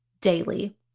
daily